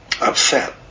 upset